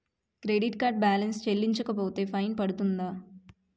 Credit card balance చెల్లించకపోతే fine పడ్తుంద?